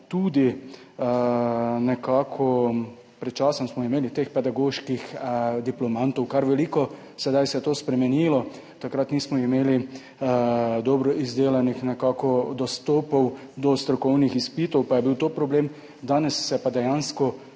imeli pred časom pedagoških diplomantov kar veliko, sedaj se je to spremenilo. Takrat nismo imeli dobro izdelanih dostopov do strokovnih izpitov pa je bil to problem, danes se pa dejansko